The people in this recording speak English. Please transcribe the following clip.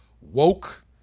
woke